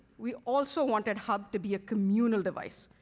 we also wanted hub to be a communal device,